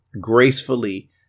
gracefully